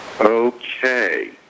Okay